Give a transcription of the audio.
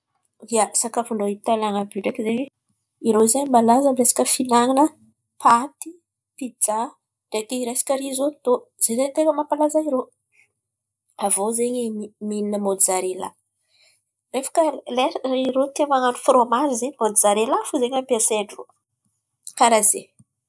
Ia, sakafon-drô Italiany àby io ndreky zen̈y, irô zen̈y malaza resaka fihinan̈ana paty, pija ndreky resaka rizôtô, io zen̈y ten̈a mampalaza irô. Avô zen̈y mi- mihina môjarela, rehefa lera irô tia man̈ano fromazy zen̈y môdizarelà fo zen̈y ampiasain-drô karà zen̈y.